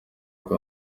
kwa